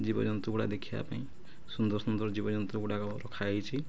ଜୀବଜନ୍ତୁ ଗୁଡ଼ା ଦେଖିବା ପାଇଁ ସୁନ୍ଦର ସୁନ୍ଦର ଜୀବଜନ୍ତୁ ଗୁଡ଼ାକ ରଖାଯାଇଛି